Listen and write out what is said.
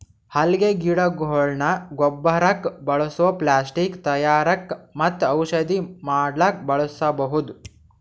ಅಲ್ಗೆ ಗಿಡಗೊಳ್ನ ಗೊಬ್ಬರಕ್ಕ್ ಬಯೊಪ್ಲಾಸ್ಟಿಕ್ ತಯಾರಕ್ಕ್ ಮತ್ತ್ ಔಷಧಿ ಮಾಡಕ್ಕ್ ಬಳಸ್ಬಹುದ್